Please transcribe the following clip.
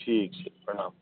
ठीक छै प्रणाम